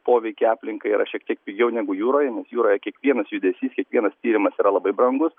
poveikį aplinkai yra šiek tiek pigiau negu jūroj jūroje kiekvienas judesys kiekvienas tyrimas yra labai brangus